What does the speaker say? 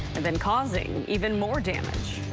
and then causing even more damage.